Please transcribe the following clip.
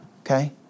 Okay